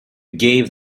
gave